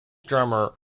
drummer